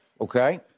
Okay